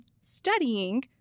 studying